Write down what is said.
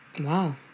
Wow